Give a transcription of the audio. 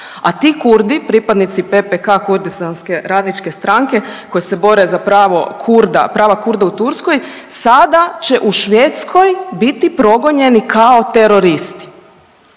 A ti Kurdi, pripadnici PPK kurdistanske radničke stranke koji se bore za pravo Kurda, prava Kurda u Turskoj sada će u Švedskoj biti progonjeni kao teroristi.